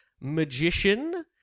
magician